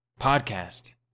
Podcast